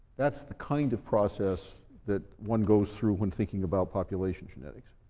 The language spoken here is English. that's the kind of process that one goes through when thinking about population genetics.